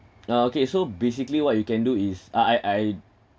uh okay so basically what you can do is uh I I